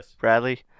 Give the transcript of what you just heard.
Bradley